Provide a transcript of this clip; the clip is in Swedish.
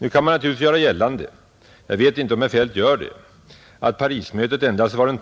Nu kan man naturligtvis göra gällande — jag vet icke om herr Feldt gör det — att Parismötet endast var en